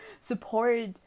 Support